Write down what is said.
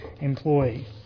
employee